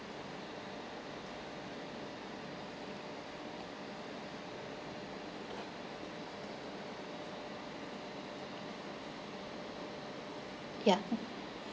ya